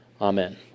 Amen